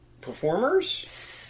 performers